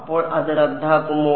അപ്പോൾ അത് റദ്ദാക്കുമോ